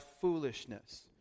foolishness